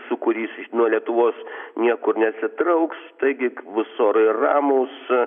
sūkurys nuo lietuvos niekur nesitrauks taigi bus orai ramūs